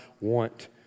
want